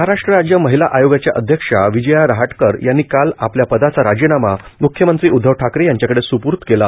महाराष्ट्र राज्य महिला आयोगाच्या अध्यक्ष विजया रहाटकर यांनी काल आपल्या पदाचा राजीनामा म्ख्यमंत्री उद्धव ठाकरे यांच्याकडे स्पूर्द केला